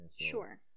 Sure